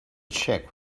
check